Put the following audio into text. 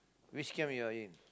which camp you are in